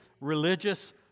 religious